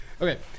Okay